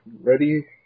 ready